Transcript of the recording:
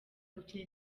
gukina